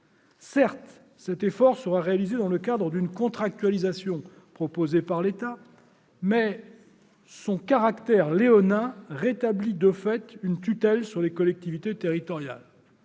Certes, cet effort sera réalisé dans le cadre d'une contractualisation proposée par l'État, mais son caractère léonin rétablit de fait une tutelle sur les collectivités territoriales.